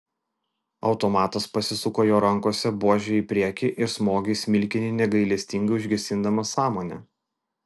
automatas pasisuko jo rankose buože į priekį ir smogė į smilkinį negailestingai užgesindamas sąmonę